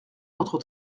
notre